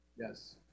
yes